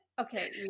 okay